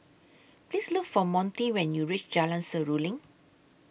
Please Look For Monty when YOU REACH Jalan Seruling